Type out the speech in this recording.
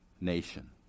nation